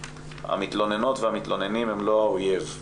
הוא באמירה שהמתלוננות והמתלוננים הם לא האויב.